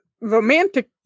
romantic